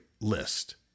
list